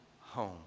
home